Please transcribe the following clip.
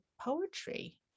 poetry